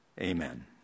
Amen